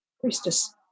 priestess